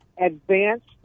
advanced